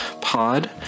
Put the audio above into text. pod